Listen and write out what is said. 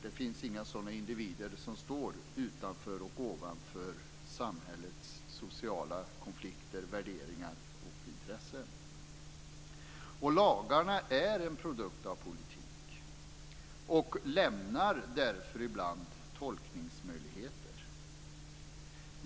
Det finns inga sådana individer, som står utanför och ovanför samhällets sociala konflikter, värderingar och intressen. Lagarna är en produkt av politik och lämnar därför ibland tolkningsmöjligheter.